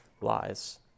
lies